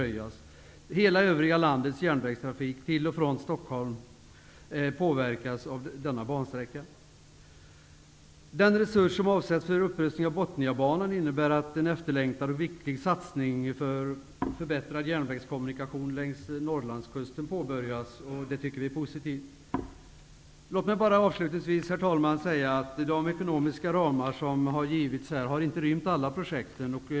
Hela övriga landets järnvägstrafik till och från Stockholm påverkas av denna bansträcka. Botniabanan innebär att en efterlängtad och viktig satsning på förbättrad järnvägskommunikation längs Norrlandskusten påbörjas, vilket vi tycker är positivt. De ekonomiska ramar som har givits har inte rymt alla projekt.